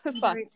Fuck